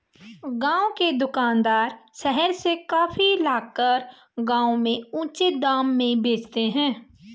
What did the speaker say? गांव के दुकानदार शहर से कॉफी लाकर गांव में ऊंचे दाम में बेचते हैं